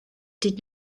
did